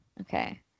Okay